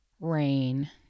rain